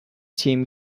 team